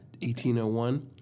1801